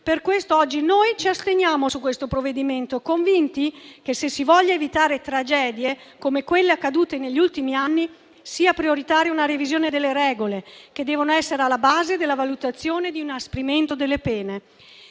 Per questo oggi noi ci asteniamo su questo provvedimento, convinti che, se si vogliono evitare tragedie come quelle accadute negli ultimi anni, sia prioritaria una revisione delle regole che devono essere alla base della valutazione di inasprimento delle pene.